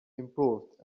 improved